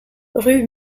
rue